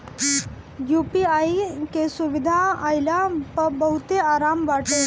UPI के सुविधा आईला पअ बहुते आराम बाटे